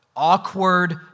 awkward